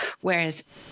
whereas